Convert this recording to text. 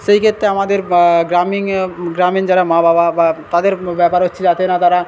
সেই ক্ষেত্রে আমাদের গ্রামীণ গ্রামীণ যারা মা বাবা বা তাদের ব্যাপার হচ্ছে যাতে না তারা